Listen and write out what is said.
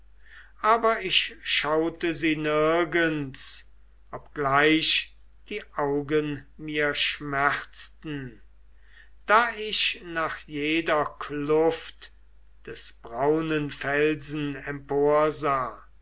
aber ich schaute sie nirgends obgleich die augen mir schmerzten da ich nach jeder kluft des braunen felsen emporsah